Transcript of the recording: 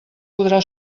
podrà